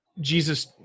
Jesus